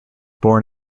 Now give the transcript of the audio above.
born